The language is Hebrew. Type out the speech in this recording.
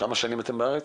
כמה שנים אתם בארץ?